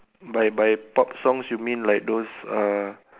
by by pop songs you mean like those uh